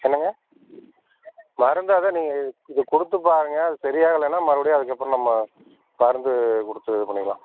என்னங்க மருந்தா தான் நீங்கள் இது கொடுத்து பாருங்க அது சரியாகலனா மறுபடியும் அதுக்கப்புறம் நம்ம மருந்து கொடுத்துட்டு இது பண்ணிக்கலாம்